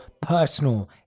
personal